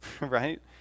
right